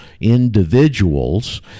individuals